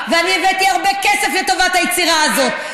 ואני הבאתי הרבה כסף לטובת היצירה הזאת.